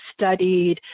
studied